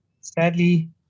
Sadly